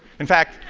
in fact,